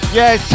yes